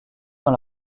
dans